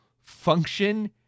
function